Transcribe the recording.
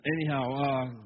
Anyhow